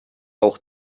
auch